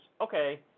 okay